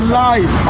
life